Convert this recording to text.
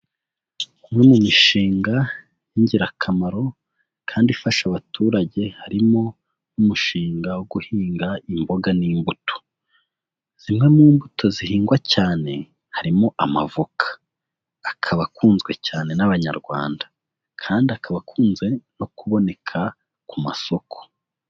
Imwe mu mishinga y'ingirakamaro kandi ifasha abaturage harimo n'umushinga wo guhinga imboga n'imbuto. Zimwe mu mbuto zihingwa cyane harimo amavoka, akaba akunzwe cyane n'abanyarwanda kandi akaba akunze no kuboneka ku masoko.